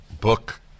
book